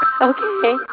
Okay